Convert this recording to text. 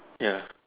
ya